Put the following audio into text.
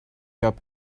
gab